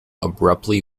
abruptly